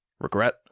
regret